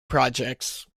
projects